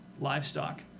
livestock